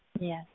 Yes